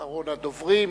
אחרון הדוברים.